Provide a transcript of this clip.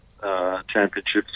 Championships